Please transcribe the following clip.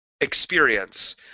experience